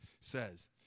says